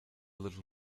little